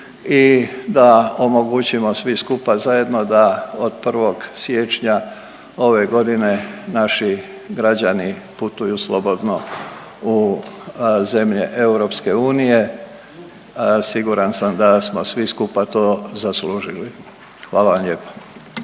i da omogućimo svi skupa zajedno da od 1. siječnja ove godine naši građani putuju slobodno u zemlje EU. Siguran sam da smo svi skupa to zaslužili. Hvala vam lijepa.